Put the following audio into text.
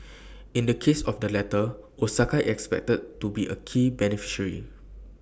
in the case of the latter Osaka expected to be A key beneficiary